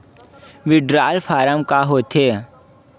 withdrawal form का होथेय